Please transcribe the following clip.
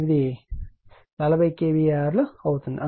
8 40 kVAr అవుతుంది